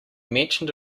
mentioned